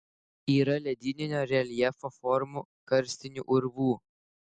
yra ledyninio reljefo formų karstinių urvų